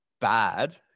bad